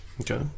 Okay